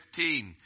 15